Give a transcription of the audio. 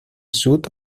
suit